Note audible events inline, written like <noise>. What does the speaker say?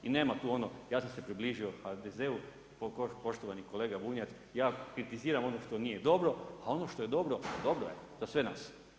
I nema tu ono, ja sam se približio HDZ-u, … <unintelligible> poštovani kolega Bunjac, ja kritiziram ono što nije dobro, a ono što je dobro, dobro je za sve nas.